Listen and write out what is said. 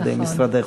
על-ידי משרדך.